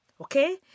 Okay